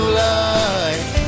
light